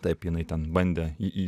taip jinai ten bandė į į